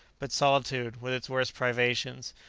but solitude, with its worst privations,